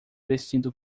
vestindo